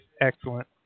excellent